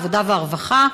העבודה והרווחה?